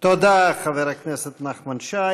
תודה, חבר הכנסת נחמן שי.